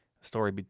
story